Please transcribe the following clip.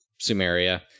Sumeria